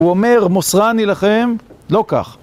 הוא אומר, מוסרני לכם, לא כך.